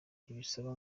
ntibisaba